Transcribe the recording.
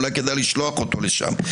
אולי כדאי לשלוח אותו לשם.